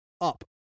up